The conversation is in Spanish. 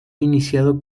iniciado